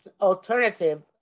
alternative